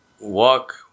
walk